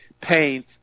pain